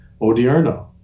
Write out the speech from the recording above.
Odierno